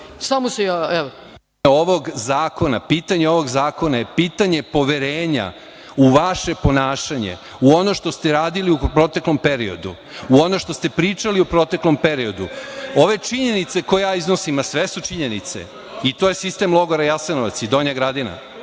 Marsenić** Pitanje ovog zakona je pitanje poverenja u vaše ponašanje, u ono što ste radili u proteklom periodu, u ono što ste pričali u proteklom periodu. Ove činjenice koje ja iznosim, ma sve su činjenice i to je sistem logora Jasenovac i Donja Gradina.